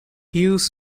hughes